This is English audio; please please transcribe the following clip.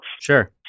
Sure